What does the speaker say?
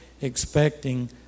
expecting